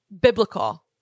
Biblical